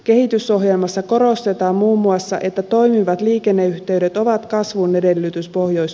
kehitysohjelmassa korostetaan muun muassa että toimivat liikenneyhteydet ovat kasvun edellytys pohjois